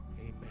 amen